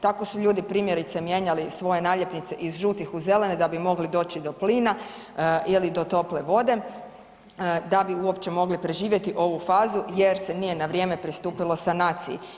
Tako su ljudi primjerice mijenjali svoje naljepnice iz žutih u zelene da bi mogli doći do plina ili do tople vode, da bi uopće mogli preživjeti ovu fazu jer se nije na vrijeme pristupilo sanaciji.